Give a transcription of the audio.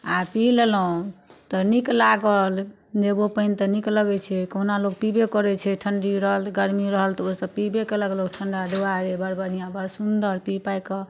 आ पी लेलहुॅं तऽ नीक लागल नेबो पानि तऽ नीक लगै छै कहुना लोक पीबै करै छै ठंडी रहल गरमी रहल तऽ ओसब पीबै केलक ठंडा दुआरे बड़ बढ़िआँ बड़ सुन्दर पी पाकऽ